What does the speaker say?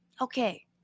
okay